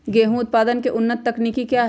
गेंहू उत्पादन की उन्नत तकनीक क्या है?